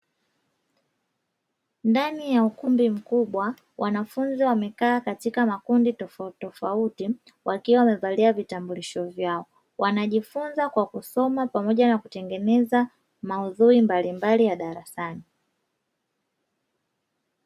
Ndani ya ukumbi mkubwa wanafunzi wamekaa katika makundi tofautitofauti, wakiwa wamevalia vitambulisho vyao wanajifunza kwa kusoma pamoja na kutengeneza maudhui mbalimbali ya darasani.